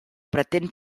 pretén